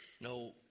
no